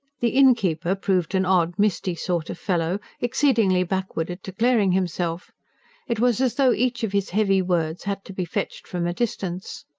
the innkeeper proved an odd, misty sort of fellow, exceedingly backward at declaring himself it was as though each of his heavy words had to be fetched from a distance.